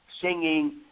singing